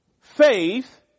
Faith